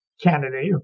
candidate